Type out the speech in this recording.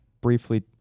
briefly